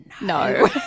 No